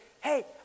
hey